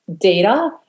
data